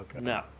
No